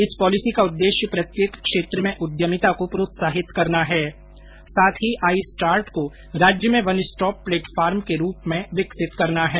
इस पॉलिसी का उद्देश्य प्रत्येक क्षेत्र में उद्यमिता को प्रोत्साहित करना है साथ ही आईस्टार्ट को राज्य में वन स्टॉप प्लेटफार्म के रूप में विकसित करना है